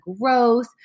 growth